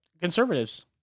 conservatives